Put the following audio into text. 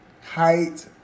Height